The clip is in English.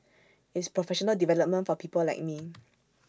it's professional development for people like me